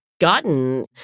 gotten